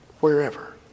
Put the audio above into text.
Wherever